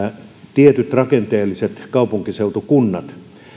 tietyt rakenteelliset kaupunkiseutukunnat